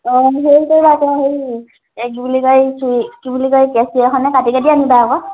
অঁ হেৰি কৰিবা আকৌ হেৰি এ কি বুলি কয় কি বুলি কয় কেঁচি এখনেৰে কাটি কাটি আনিবা আকৌ